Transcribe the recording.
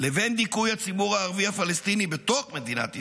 לבין דיכוי הציבור הערבי הפלסטיני בתוך מדינת ישראל,